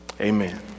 Amen